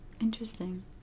Interesting